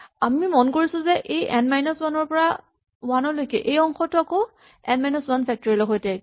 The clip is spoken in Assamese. আমি মন কৰিছো যে এই এন মাইনাচ ৱান ৰ পৰা ৱান লৈকে অংশটো এন মাইনাচ ৱান ফেক্টৰিয়েল ৰ সৈতে একে